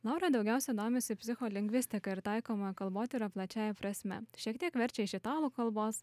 laura daugiausia domisi psicholingvistika ir taikomąja kalbotyra plačiąja prasme šiek tiek verčia iš italų kalbos